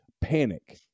Panic